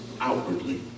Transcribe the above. outwardly